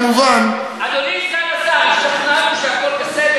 כמובן, אדוני סגן השר, השתכנענו שהכול בסדר.